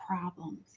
problems